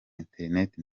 internet